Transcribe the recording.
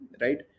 right